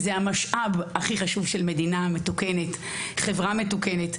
זה המשאב הכי חשוב של מדינה מתוקנת, חברה מתוקנת.